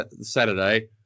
Saturday